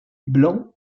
blanc